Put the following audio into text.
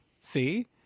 see